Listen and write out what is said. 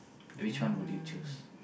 which one would you choose